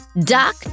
Doc